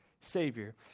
Savior